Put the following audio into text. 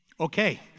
Okay